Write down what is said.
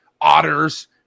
otters